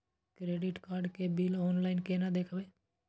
Credit card के bill online केना देखबय?